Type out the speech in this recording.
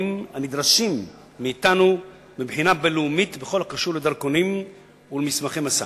הנדרשים מאתנו מבחינה בין-לאומית בכל הקשור לדרכונים ולמסמכי מסע.